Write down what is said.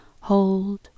hold